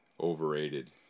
overrated